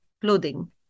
clothing